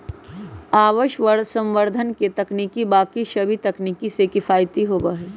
वायवसंवर्धन के तकनीक बाकि सभी तकनीक से किफ़ायती होबा हई